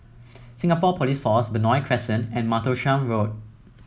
Singapore Police Force Benoi Crescent and Martlesham Road